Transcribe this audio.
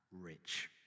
rich